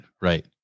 Right